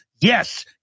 Yes